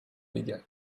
véga